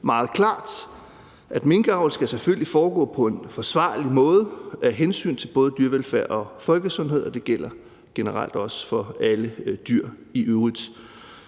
meget klart, at minkavl selvfølgelig skal foregå på en forsvarlig måde af hensyn til både dyrevelfærd og folkesundhed, og det gælder også generelt for alle andre dyr i øvrigt.